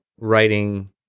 writing